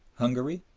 hungary,